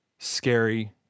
scary